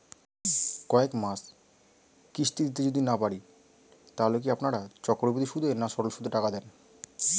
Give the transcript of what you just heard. কয়েক মাস কিস্তি দিতে যদি না পারি তাহলে কি আপনারা চক্রবৃদ্ধি সুদে না সরল সুদে টাকা দেন?